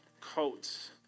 coats